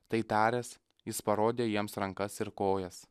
tai taręs jis parodė jiems rankas ir kojas